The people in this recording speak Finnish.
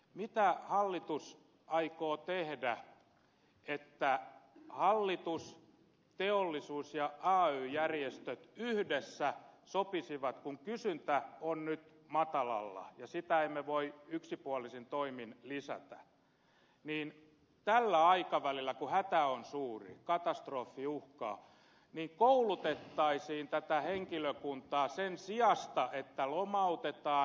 mitä hallitus aikoo tehdä että hallitus teollisuus ja ay järjestöt yhdessä sopisivat kun kysyntä on nyt matalalla ja sitä emme voi yksipuolisin toimin lisätä että tällä aikavälillä kun hätä on suurin katastrofi uhkaa koulutettaisiin tätä henkilökuntaa sen sijasta että lomautetaan